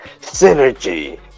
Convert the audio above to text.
Synergy